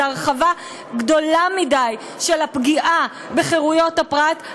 זאת הרחבה גדולה מדי של הפגיעה בחירויות הפרט,